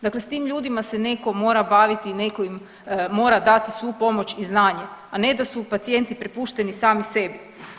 Dakle, s tim ljudima se netko mora baviti i netko im mora dati svu pomoć i znanje, a ne da su pacijenti prepušteni sami sebi.